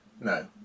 No